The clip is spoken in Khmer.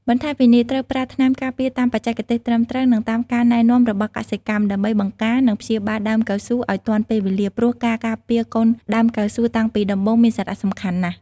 បន្ថែមពីនេះត្រូវប្រើថ្នាំការពារតាមបច្ចេកទេសត្រឹមត្រូវ និងតាមការណែនាំរបស់កសិកម្ម ដើម្បីបង្ការ និងព្យាបាលដើមកៅស៊ូឱ្យទាន់ពេលវេលា ព្រោះការការពារកូនដើមកៅស៊ូតាំងពីដំបូងមានសារៈសំខាន់ណាស់។